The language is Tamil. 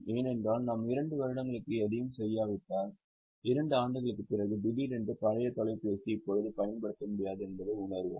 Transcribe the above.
ஏனென்றால் நாம் 2 வருடங்களுக்கு எதையும் செய்யாவிட்டால் 2 ஆண்டுகளுக்குப் பிறகு திடீரென்று பழைய தொலைபேசி இப்போது பயன்படுத்த முடியாதது என்பதை உணருவோம்